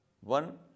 One